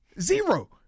Zero